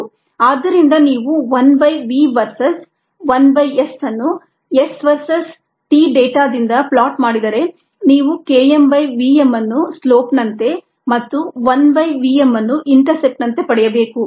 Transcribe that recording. ಆದ್ದರಿಂದ ನೀವು 1 by v versus 1 by S ಅನ್ನು S ವರ್ಸಸ್ t ಡೇಟಾದಿಂದ ಪ್ಲಾಟ್ ಮಾಡಿದರೆ ನೀವು K m by v m ಅನ್ನು ಸ್ಲೋಪ್ ನಂತೆ ಮತ್ತು 1 by v m ಅನ್ನು ಇಂಟರ್ಸೆಪ್ಟ್ ನಂತೆ ಪಡೆಯಬೇಕು